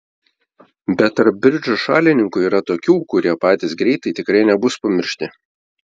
bet tarp bridžo šalininkų yra tokių kurie patys greitai tikrai nebus pamiršti